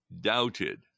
doubted